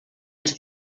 els